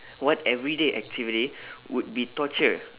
what everyday activity would be torture